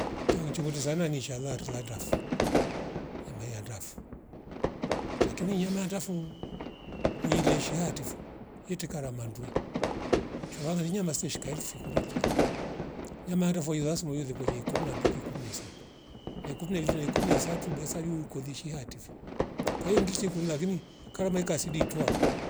Chali chuvurizana nishala kiladrafu nyama ya ndafuu lakini nyama ya ndafu ni mwileshia hativo yete kara manduwi shuwa lizimre maseshika infwi kunikilo nyamara voisa smoile kwenye kumi na mbili kume isatu nekumive kumi isatu besa iyoyu kolishia hatifo kwa hio ngeke kula lakini karomeka siditwa